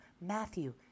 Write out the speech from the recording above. matthew